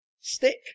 stick